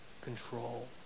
control